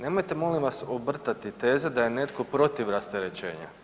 Nemojte, molim vas, obrtati teze da je netko protiv rasterećenja.